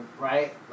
right